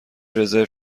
رزرو